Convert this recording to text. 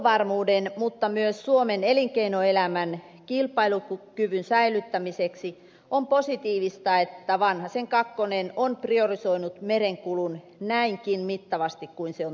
huoltovarmuuden mutta myös suomen elinkeinoelämän kilpailukyvyn säilyttämiseksi on positiivista että vanhasen kakkonen on priorisoinut merenkulun näinkin mittavasti kuin se on tehnyt